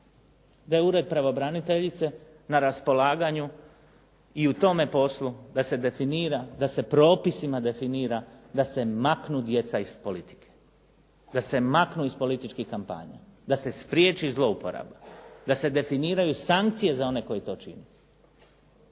da je ured pravobraniteljice na raspolaganju i u tome poslu da se definira, da se propisima definira, da se maknu djeca iz politike, da se maknu iz političkih kampanja, da se spriječi zlouporaba, da se definiraju sankcije za one koji to čine.